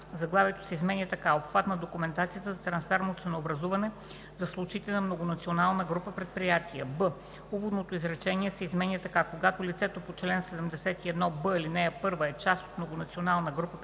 заглавието се изменя така: „Обхват на документацията за трансферно ценообразуване за случаите на многонационална група предприятия“; б) уводното изречение се изменя така: „Когато лицето по чл. 71б, ал. 1 е част от многонационална група предприятия,